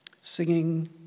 singing